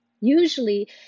usually